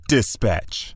Dispatch